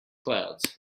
clouds